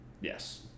Yes